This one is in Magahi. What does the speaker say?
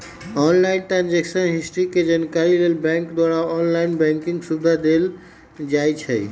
ऑनलाइन ट्रांजैक्शन हिस्ट्री के जानकारी लेल बैंक द्वारा ऑनलाइन बैंकिंग सुविधा देल जाइ छइ